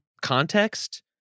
context